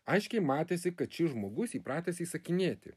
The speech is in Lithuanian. aiškiai matėsi kad šis žmogus įpratęs įsakinėti